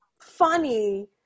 funny